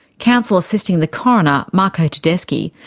counsel assisting the coroner, marco tedeschi,